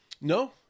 No